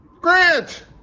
Grant